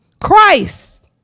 Christ